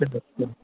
جی